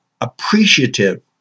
appreciative